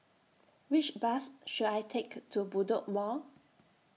Which Bus should I Take to Bedok Mall